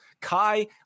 Kai